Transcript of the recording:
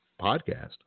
podcast